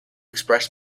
express